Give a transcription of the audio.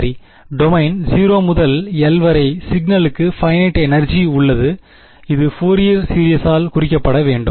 சரி டொமைன் 0 முதல் 1 வரை சிக்னலுக்கு பைனைட் எனர்ஜி உள்ளது இது ஃபோரியர் சீரிசால் குறிக்கப்பட வேண்டும்